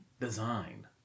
design